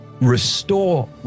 restore